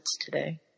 today